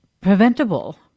preventable